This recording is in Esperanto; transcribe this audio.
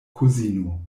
kuzino